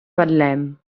betlem